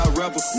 rebel